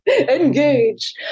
Engage